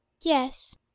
Yes